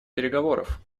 переговоров